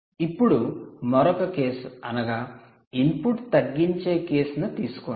ఇప్పుడు మరొక కేసు అనగా ఇన్పుట్ తగ్గించే కేసును తీసుకోండి